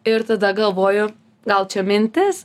ir tada galvoju gal čia mintis